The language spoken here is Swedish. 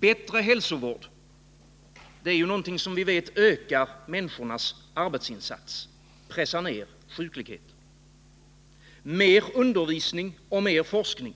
Bättre hälsovård är som vi vet någonting som ökar människornas arbetsinsats och pressar ner sjukligheten. Mer undervisning och forskning